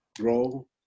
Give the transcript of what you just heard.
role